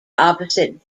opposite